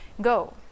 go